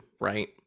right